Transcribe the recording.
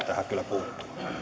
kyllä puuttua